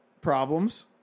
Problems